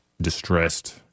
distressed